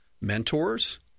mentors